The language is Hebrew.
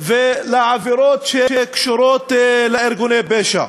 ולעבירות שקשורות לארגוני פשע.